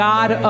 God